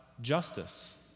justice